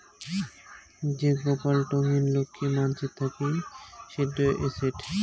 যে কপাল টঙ্নি লক্ষী মানসির থাকি সেটো এসেট